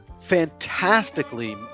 fantastically